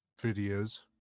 videos